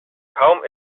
kaum